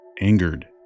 angered